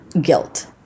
guilt